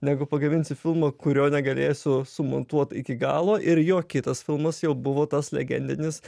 negu pagaminsiu filmą kurio negalėsiu sumontuot iki galo ir jo kitas filmas jau buvo tas legendinis